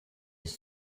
his